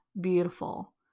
beautiful